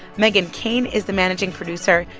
meghan keane is the managing producer.